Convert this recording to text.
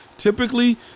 Typically